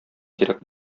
кирәк